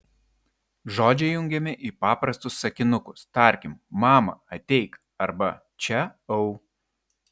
žodžiai jungiami į paprastus sakinukus tarkim mama ateik arba čia au